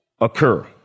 occur